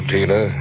Tina